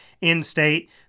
in-state